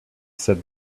said